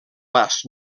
pas